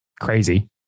crazy